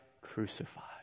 crucified